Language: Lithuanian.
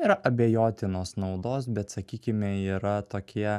yra abejotinos naudos bet sakykime yra tokie